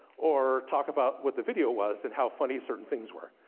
or talk about what the video was, and how funny certain things were.